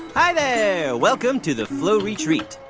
hi, there. welcome to the flow retreat.